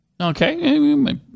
Okay